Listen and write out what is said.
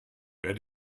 wer